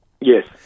Yes